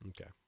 Okay